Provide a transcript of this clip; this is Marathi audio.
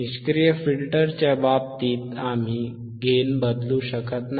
निष्क्रिय फिल्टरच्या बाबतीत आम्ही गेन बदलू शकत नाही